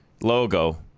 logo